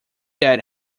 that